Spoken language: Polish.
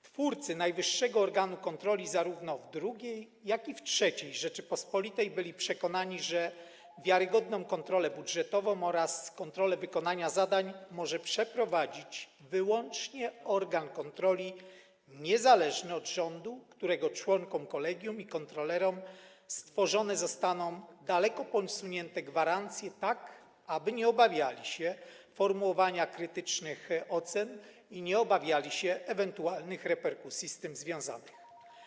Twórcy najwyższego organu kontroli zarówno w II, jak i w III Rzeczypospolitej byli przekonani, że wiarygodną kontrolę budżetową oraz kontrolę wykonania zadań może przeprowadzić wyłącznie organ kontroli niezależny od rządu, którego członkom kolegium i kontrolerom stworzone zostaną daleko posunięte gwarancje, tak aby nie obawiali się formułowania krytycznych ocen, nie obawiali się ewentualnych reperkusji z tym związanych.